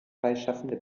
freischaffende